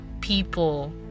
people